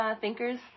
thinkers